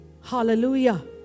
hallelujah